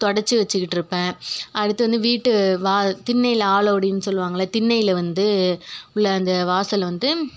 துடச்சி வச்சுக்கிட்டு இருப்பேன் அடுத்து வந்து வீட்டு வா திண்ணையில் ஆளோடின்னு சொல்லுவாங்களே திண்ணையில் வந்து உள்ளே அந்த வாசல் வந்து